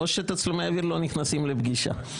או שתצלומי האוויר לא נכנסים לפגישה".